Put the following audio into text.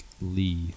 Lee